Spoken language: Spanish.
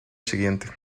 siguiente